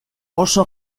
oso